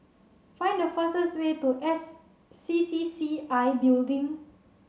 find the fastest way to S C C C I Building